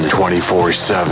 24-7